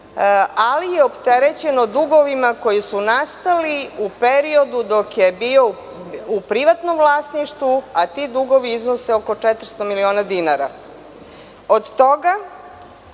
ali je opterećeno dugovima koji su nastali u periodu dok je bio u privatnom vlasništvu, a ti dugovi iznose oko 400 miliona dinara. Od toga